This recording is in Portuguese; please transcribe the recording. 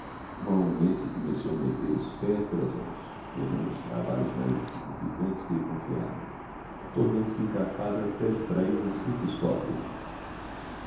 o amanuense começou a meter os pés pelas mãos errando os trabalhos mais insignificantes que lhe confiavam tornando-se incapaz até de extrair uma simples cópia